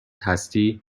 هستی